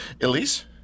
Elise